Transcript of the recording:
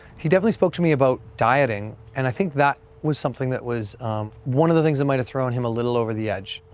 he definitely spoke to me about dieting, and i think that was something that was one of the things that might have thrown him a little over the edge.